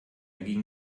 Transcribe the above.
ging